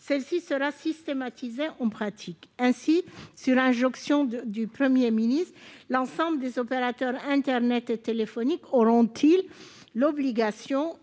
mais qui sera systématisée en pratique. Ainsi, sur injonction du Premier ministre, l'ensemble des opérateurs internet et de téléphonie auront l'obligation